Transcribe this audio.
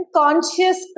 conscious